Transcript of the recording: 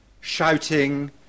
shouting